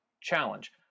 challenge